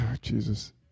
Jesus